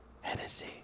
Hennessy